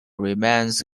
remains